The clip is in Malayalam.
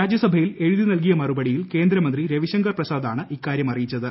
രാജ്യസഭയിൽ എഴുതി നൽകിയ മറുപടിയിൽ കേന്ദ്ര മന്ത്രി രവിശങ്കർ പ്രസാദ് ആണ് ഇക്കാര്യം അറിയിച്ചത്